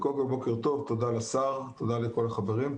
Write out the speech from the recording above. קודם כל בוקר טוב, תודה לשר, תודה לכל החברים.